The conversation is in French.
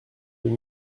deux